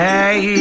Hey